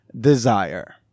desire